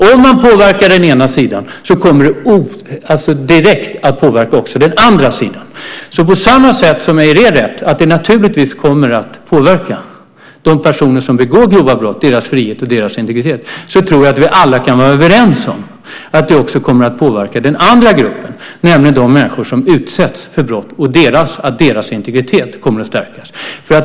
Om man påverkar den ena sidan kommer det direkt att påverka också den andra sidan. På samma sätt som jag ger er rätt i att det naturligtvis kommer att påverka de personer som begår grova brott, deras frihet och deras integritet, tror jag att vi alla kan vara överens om att det också kommer att påverka den andra gruppen, nämligen de människor som utsätts för brott, och deras integritet kommer att stärkas.